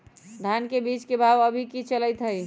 धान के बीज के भाव अभी की चलतई हई?